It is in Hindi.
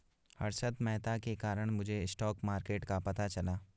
हर्षद मेहता के कारण मुझे स्टॉक मार्केट का पता चला